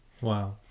Wow